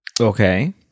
Okay